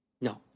No